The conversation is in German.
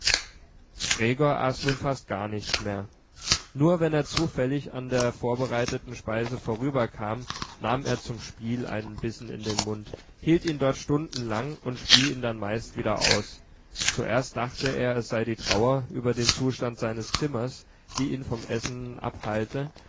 gregor aß nun fast gar nichts mehr nur wenn er zufällig an der vorbereiteten speise vorüberkam nahm er zum spiel einen bissen in den mund hielt ihn dort stundenlang und spie ihn dann meist wieder aus zuerst dachte er es sei die trauer über den zustand seines zimmers die ihn vom essen abhalte